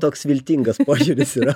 toks viltingas požiūris yra